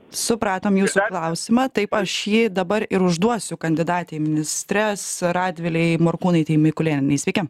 supratom jūsų klausimą taip aš jį dabar ir užduosiu kandidatei ministres radvilei morkūnaitei mikulėnienei sveiki